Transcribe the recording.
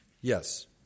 Yes